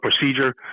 procedure